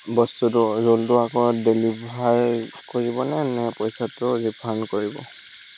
বস্তুটো ৰোলটো আকৌ ডেলিভাৰ কৰিবনে নে পইচাটো ৰিফাণ্ড কৰিব